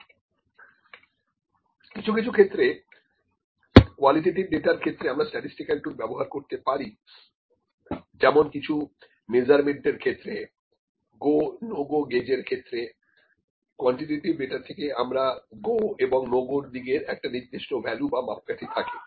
যাই হোক কিছু কিছু ক্ষেত্রে কোয়ালিটেটিভ ডাটার জন্য আমরা স্ট্যাটিস্টিকাল টুল ব্যবহার করতে পারি যেমন কিছু মেজারমেন্টের ক্ষেত্রে go no go GoNO go gauge এর ক্ষেত্রে কোয়ান্টিটেটিভ ডাটা থেকে আমরা গো এবং নো গো দিকের একটা নির্দিষ্ট ভ্যালু বা মাপকাঠি থাকে